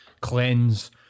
cleanse